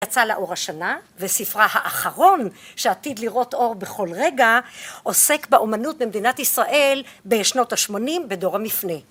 יצא לאור השנה וספרה האחרון, שעתיד לראות אור בכל רגע, עוסק באמנות במדינת ישראל בשנות השמונים בדור המפנה